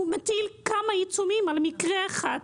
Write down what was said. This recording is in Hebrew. הוא מטיל כמה עיצומים על מקרה אחד,